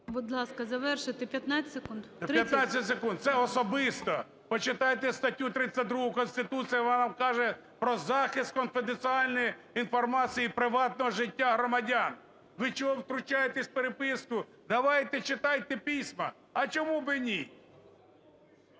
Будь ласка, завершуйте, 15 секунд. 30… НІМЧЕНКО В.І. 15 секунд. Це особисте! Почитайте статтю 32 Конституції, вона нам каже про захист конфіденціальної інформації приватного життя громадян. Ви чого втручаєтесь у переписку? Давайте, читайте письма! А чому б і ні?